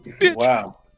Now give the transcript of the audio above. Wow